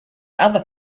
other